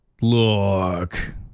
look